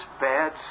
bad